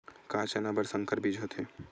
का चना बर संकर बीज होथे?